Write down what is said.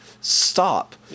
Stop